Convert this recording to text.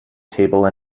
table